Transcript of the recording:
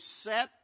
set